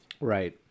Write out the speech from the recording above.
Right